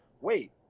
wait